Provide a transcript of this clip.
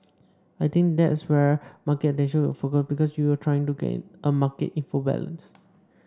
I think that's where market attention will focus because you're trying to get a market into balance